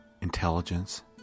intelligence